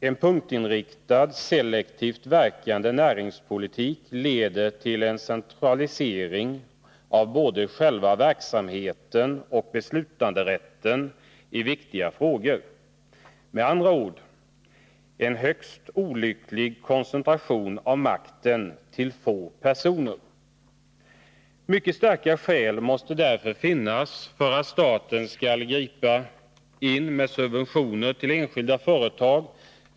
En punktinriktad, selektivt verkande näringspolitik leder till en centralisering av både själva verksamheten och beslutanderätten i viktiga frågor. Det blir med andra ord en högst olycklig koncentration av makten till få personer. Mycket starka skäl måste därför finnas för att staten skall gripa in med subventioner till enskilda företag.